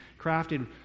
crafted